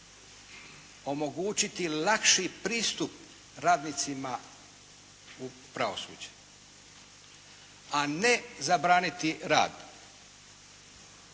omogućiti lakši pristup radnicima u pravosuđe, a ne zabraniti rad.